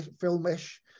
film-ish